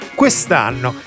quest'anno